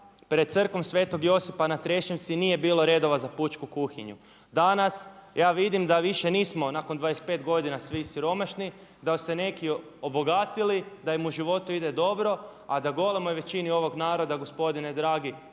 pred Crkvom sv. Josipa na Trešnjevci nije bilo redova za pučku kuhinju. Danas ja vidim da više nismo nakon 25 godina svi siromašni, da su se neki obogatili, da im u životu ide dobro, a da golemoj većini ovog naroda gospodine dragi